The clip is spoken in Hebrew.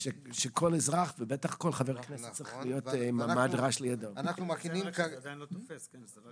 האדם יגיד מה זה?